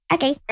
Okay